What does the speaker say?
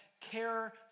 care